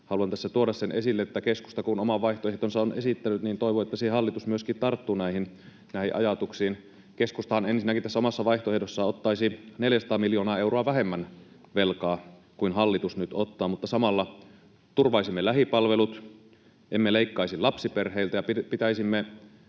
Haluan tässä tuoda sen esille, että keskusta kun oman vaihtoehtonsa on esittänyt, niin toivon, että hallitus myöskin tarttuu näihin ajatuksiin. Keskustahan ensinnäkin tässä omassa vaihtoehdossaan ottaisi 400 miljoonaa euroa vähemmän velkaa kuin hallitus nyt ottaa, mutta samalla turvaisimme lähipalvelut, emme leikkaisi lapsiperheiltä ja pitäisimme